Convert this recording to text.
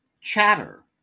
Chatter